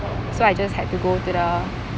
so I just had to go to the